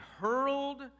hurled